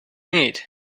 need